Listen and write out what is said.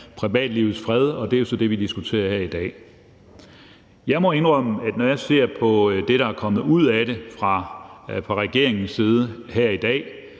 privatlivets fred, og det er jo så det, vi diskuterer her i dag. Jeg må indrømme, at når jeg ser på det, der er kommet ud af det fra regeringens side, det